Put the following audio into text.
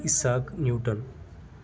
Isaac Newton